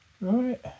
Right